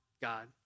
God